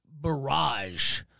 barrage